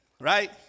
right